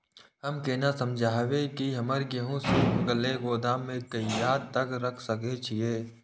हम केना समझबे की हमर गेहूं सुख गले गोदाम में कहिया तक रख सके छिये?